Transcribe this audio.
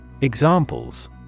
Examples